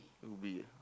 to be ah